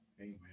amen